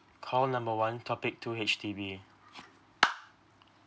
call number one topic two H_D_B